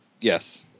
yes